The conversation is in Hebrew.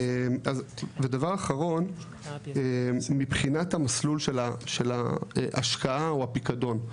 ודבר אחרון, מבחינת המסלול של ההשקעה או הפיקדון.